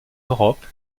europe